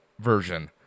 version